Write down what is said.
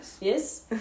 Yes